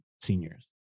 seniors